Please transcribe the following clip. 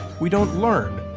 we don't learn.